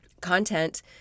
content